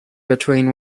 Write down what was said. between